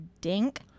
dink